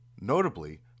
Notably